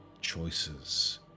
choices